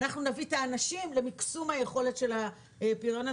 אנחנו נביא את האנשים למקסום היכולת של הפריון הזה.